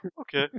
Okay